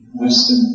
Western